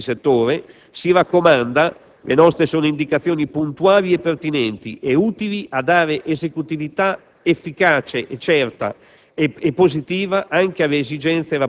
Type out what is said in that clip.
In particolare, con riferimento agli studi di settore, si raccomanda - le nostre sono indicazioni puntuali, pertinenti ed utili a dare esecutività efficace, certa